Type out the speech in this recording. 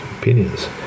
opinions